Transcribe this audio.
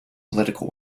political